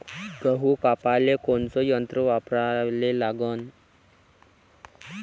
गहू कापाले कोनचं यंत्र वापराले लागन?